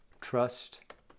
trust